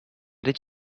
did